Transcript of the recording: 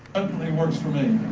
works for me.